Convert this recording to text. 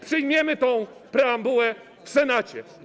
Przyjmiemy tę preambułę w Senacie.